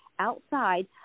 outside